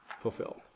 fulfilled